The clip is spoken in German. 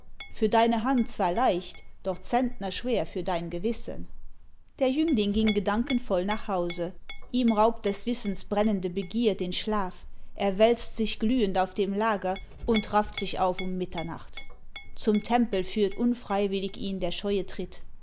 flor für deine hand zwar leicht doch zentnerschwer für dein gewissen der jüngling ging gedankenvoll nach hause ihm raubt des wissens brennende begier den schlaf er wälzt sich glühend auf dem lager und rafft sich auf um mitternacht zum tempel führt unfreiwillig ihn der scheue tritt